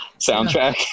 soundtrack